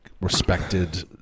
respected